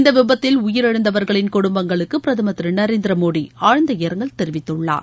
இந்த விபத்தில் உயிரிழந்தவர்களின் குடும்பங்களுக்கு பிரதமா் திரு நரேந்திர மோடி ஆழ்ந்த இரங்கல் தெரிவித்துள்ளார்